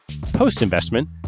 Post-investment